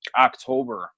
October